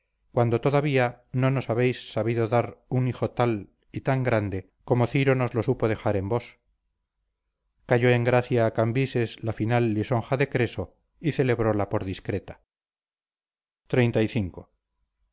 cuando todavía no nos habéis sabido dar un hijo tal y tan grande como ciro nos lo supo dejar en vos cayó en gracia a cambises la fina lisonja de creso y celebróla por discreta